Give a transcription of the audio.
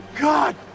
God